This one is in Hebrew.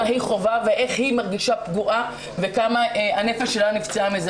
מה היא חווה ואיך היא מרגישה פגועה וכמה הנפש שלה נפצעה.